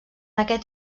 aquest